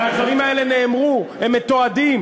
הרי הדברים האלה נאמרו, הם מתועדים.